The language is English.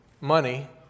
money